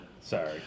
Sorry